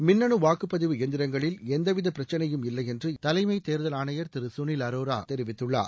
மின்னனு வாக்குப் பதிவு எந்திரங்களில் எந்தவித பிரச்சினையும் இல்லை என்று தலைமை தேர்தல் ஆணையர் திரு கனில் அரோரா தெரிவித்துள்ளார்